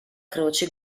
croce